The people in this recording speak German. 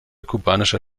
kubanischer